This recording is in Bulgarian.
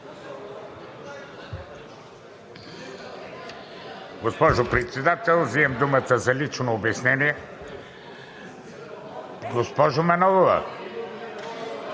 Госпожо Председател, взимам думата за лично обяснение. Госпожо Манолова,